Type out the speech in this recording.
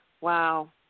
wow